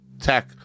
tech